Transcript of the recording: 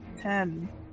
ten